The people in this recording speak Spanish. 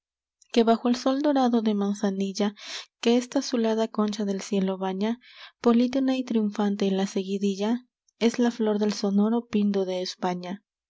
que bajo el sol dorado de manzanilla que esta azulada concha del cielo baña polítona y triunfante la seguidilla es la flor del sonoro pindo de españa